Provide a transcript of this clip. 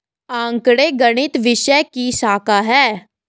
आंकड़े गणित विषय की शाखा हैं